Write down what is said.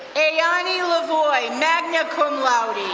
ayani levoy, magna cum laude.